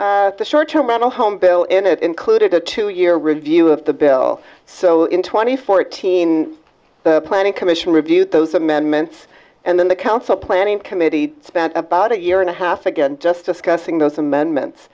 the short term model home bill in it included a two year review of the bill so in twenty four eighteen the planning commission reviewed those amendments and then the council planning committee spent about a year and a half again just discussing those amendments